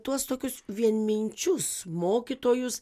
tuos tokius vienminčius mokytojus